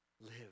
live